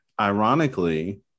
Ironically